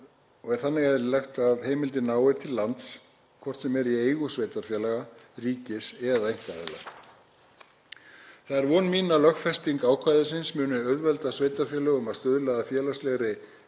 er eðlilegt að heimildin nái til lands hvort sem er í eigu sveitarfélaga, ríkis eða einkaaðila. Það er von mín að lögfesting ákvæðisins muni auðvelda sveitarfélögum að stuðla að félagslegri